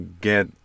get